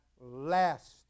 last